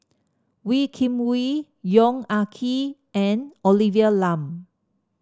Wee Kim Wee Yong Ah Kee and Olivia Lum